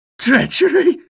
Treachery